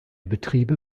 betriebe